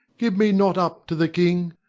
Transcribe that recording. give me not up to the king!